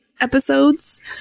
episodes